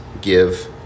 give